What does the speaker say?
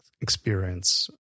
experience